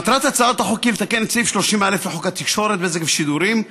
מטרת הצעת החוק היא לתקן את סעיף 30א לחוק התקשורת (בזק ושידורים),